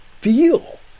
feel